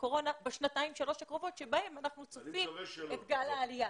הקורונה בשנתיים-שלוש הקרובות שבהן אנחנו צופים את גל העלייה.